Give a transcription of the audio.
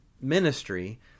ministry